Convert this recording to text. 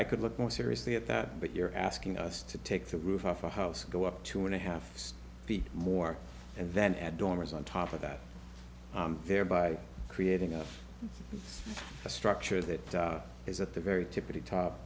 i could look more seriously at that but you're asking us to take the roof off the house go up two and a half feet more and then add dormers on top of that thereby creating a structure that is at the very tip of the top